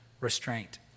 Restraint